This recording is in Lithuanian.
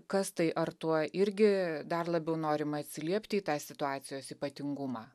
kas tai ar tuo irgi dar labiau norima atsiliepti į tą situacijos ypatingumą